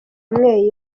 imwe